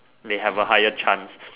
they have a higher chance